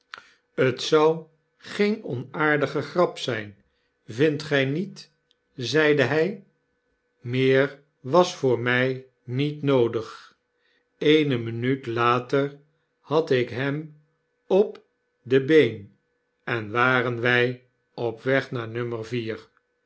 t zou geen onaardige grap zgn vindt gjjj niet zeide hg meer was voor mij niet noodig eene minuut later had ik hem op de been en waren wjj op weg naar no